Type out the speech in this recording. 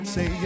Say